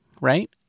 Right